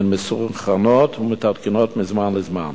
והן מסונכרנות ומתעדכנות מזמן לזמן.